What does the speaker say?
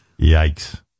Yikes